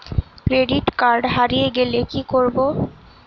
Credit card হারিয়ে গেলে কি করব?